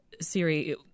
Siri